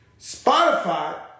Spotify